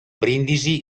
brindisi